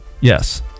Yes